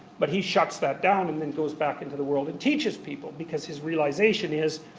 but he shuts that down and then goes back into the world and teaches people, because his realisation is,